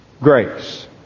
grace